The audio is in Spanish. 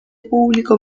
público